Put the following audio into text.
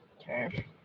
Okay